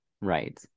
Right